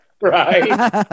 Right